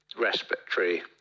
respiratory